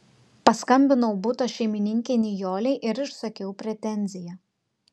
paskambinau buto šeimininkei nijolei ir išsakiau pretenziją